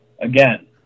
again